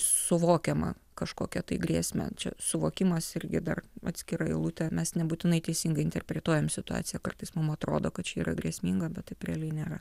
suvokiamą kažkokią grėsmę čia suvokimas irgi dar atskira eilutė mes nebūtinai teisingai interpretuojam situaciją kartais mum atrodo kad čia yra grėsminga bet taip realiai nėra